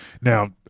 Now